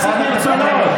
כרצונו.